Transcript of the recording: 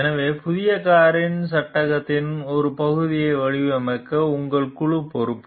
எனவே புதிய காரின் சட்டகத்தின் ஒரு பகுதியை வடிவமைக்க உங்கள் குழு பொறுப்பு